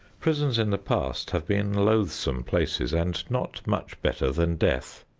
prisons in the past have been loathsome places and not much better than death.